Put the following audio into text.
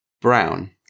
brown